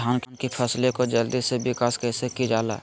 धान की फसलें को जल्दी से विकास कैसी कि जाला?